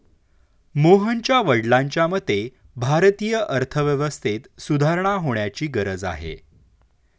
मोहनच्या वडिलांच्या मते, भारतीय अर्थव्यवस्थेत सुधारणा होण्याची गरज आहे